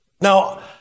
Now